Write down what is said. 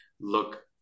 look